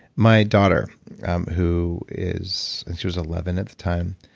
my daughter who is, and she was eleven at the time.